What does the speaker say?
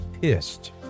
pissed